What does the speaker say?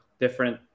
different